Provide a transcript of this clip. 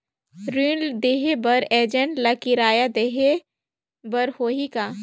ऋण देहे बर एजेंट ला किराया देही बर होही का?